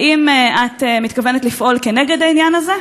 האם את מתכוונת לפעול כנגד העניין הזה?